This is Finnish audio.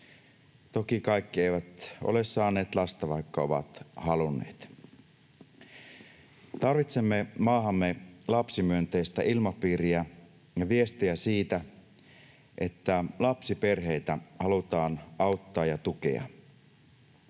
Toki kaikki eivät ole saaneet lasta, vaikka ovat halunneet. Tarvitsemme maahamme lapsimyönteistä ilmapiiriä ja viestiä siitä, että lapsiperheitä halutaan auttaa ja tukea.